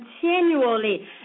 continually